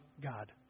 God